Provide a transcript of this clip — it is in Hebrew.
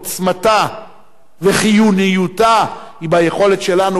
עוצמתה וחיוניותה הן ביכולת שלנו,